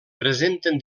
presenten